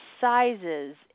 sizes